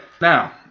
now